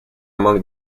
among